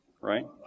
right